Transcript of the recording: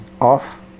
Off